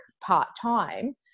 part-time